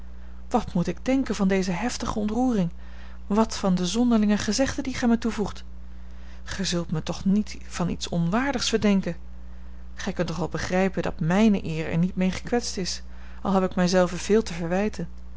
wat moet ik denken van deze heftige ontroering wat van de zonderlinge gezegden die gij mij toevoegt gij zult mij toch niet van iets onwaardigs verdenken gij kunt toch wel begrijpen dat mijne eer er niet mee gekwetst is al heb ik mij zelve veel te verwijten